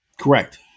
Correct